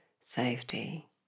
safety